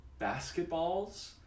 basketballs